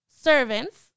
Servants